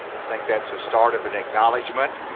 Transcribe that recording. i think that's the start of an acknowledgment,